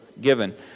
given